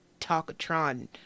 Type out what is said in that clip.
talkatron